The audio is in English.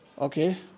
Okay